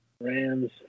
Rams